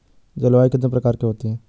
जलवायु कितने प्रकार की होती हैं?